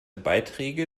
beiträge